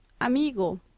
Amigo